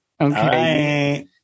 okay